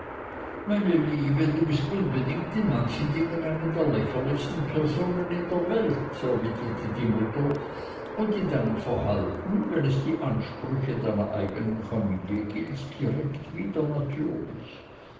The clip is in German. meine liebe du bist unbedingt in manchen dingen eine der lächerlichsten personen in der welt erwiderte die mutter und in deinem verhalten wenn es die ansprüche deiner eignen familie gilt direkt